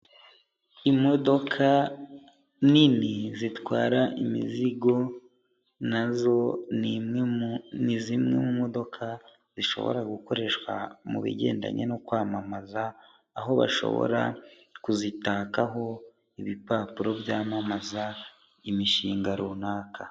Imodoka nini zitwara imizigo nazo ni zimwe mu modoka zishobora gukoreshwa mu bigendanye no kwamamaza, aho bashobora kuzitakaho ibipapuro byamamaza imishinga runaka.